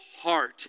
heart